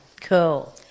Cool